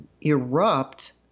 erupt